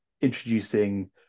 introducing